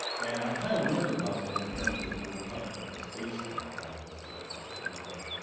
and i kind of wonder about that in terms of but we talk about this facebook privacy and that sort of thing,